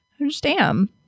understand